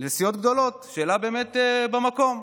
זו שאלה באמת במקום.